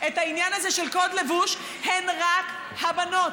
את העניין הזה של קוד לבוש הן רק הבנות.